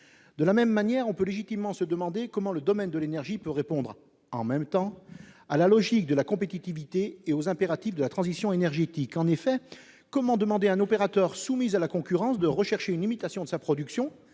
De la même manière, on peut légitimement se demander comment le domaine de l'énergie peut répondre, en même temps, à la logique de la compétitivité et aux impératifs de la transition énergétique. En effet, comment demander à un opérateur soumis à la concurrence de rechercher une limitation de sa production,